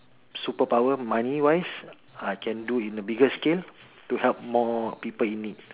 super power money wise I can do in a bigger scale to help more people in need